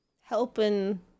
Helping